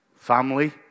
Family